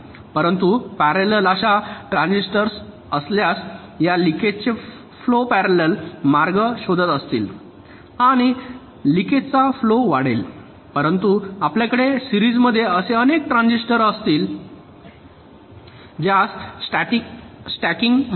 परंतु पॅरेलेलं अशा ट्रान्झिस्टर असल्यास या लिकेज चे फ्लो पॅरेलेलं मार्ग शोधत असतील आणि लिकेज चा फ्लो वाढेल परंतु आपल्याकडे सिरीज मध्ये असे अनेक ट्रान्झिस्टर असतील ज्यास स्टॅकिंग म्हणतात